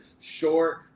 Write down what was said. Short